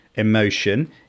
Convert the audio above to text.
emotion